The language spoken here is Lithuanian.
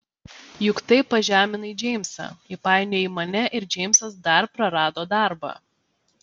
juk taip pažeminai džeimsą įpainiojai mane ir džeimsas dar prarado darbą